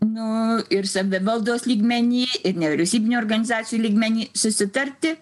nu ir savivaldos lygmeny nevyriausybinių organizacijų lygmeny susitarti